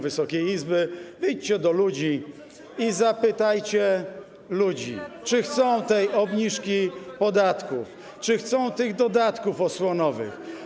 Wysokiej Izby, wyjdźcie do ludzi i zapytajcie, czy chcą tej obniżki podatków, czy chcą tych dodatków osłonowych.